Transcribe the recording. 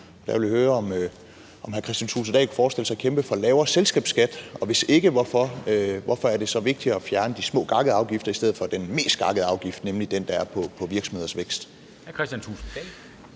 der vil jeg høre, om hr. Kristian Thulesen Dahl kunne forestille sig at kæmpe for lavere selskabsskat, og hvis ikke, hvorfor er det så vigtigt at fjerne de små gakkede afgifter i stedet for den mest gakkede afgift, nemlig den, der er på virksomhedens vækst?